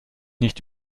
nicht